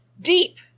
Deep